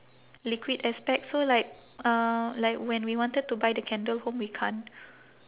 liquid aspect so like uh like when we wanted to buy the candle home we can't